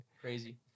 Crazy